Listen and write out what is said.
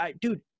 dude